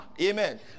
Amen